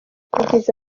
yagize